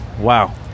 Wow